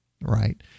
right